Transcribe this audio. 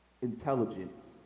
Intelligence